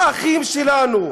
האחים שלנו,